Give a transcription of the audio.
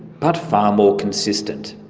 but far more consistent.